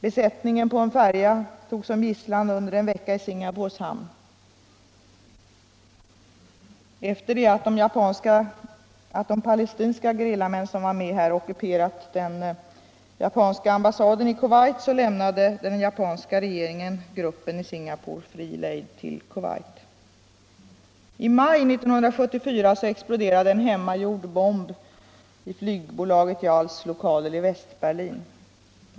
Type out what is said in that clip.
Besättningen på en färja togs som gisslan under en vecka i Singapores hamn. Efter det att de palestinska gerillamän, som var med här, ockuperat den japanska ambassaden i Kuwait så lämnade den japanska regeringen gruppen i Singapore fri lejd till Kuwait. I maj 1974 exploderade en hemmagjord bomb i flygbolaget JAL:s lokaler i Västberlin.